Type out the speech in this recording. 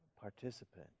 participant